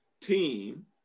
team